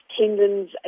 tendons